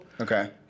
Okay